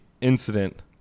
incident